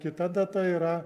kita data yra